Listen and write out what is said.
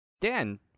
Dan